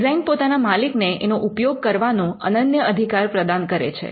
design પોતાના માલિકને એનો ઉપયોગ કરવાનો અનન્ય અધિકાર પ્રદાન કરે છે